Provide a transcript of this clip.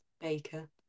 Baker